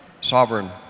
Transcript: sovereign